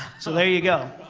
so there you go.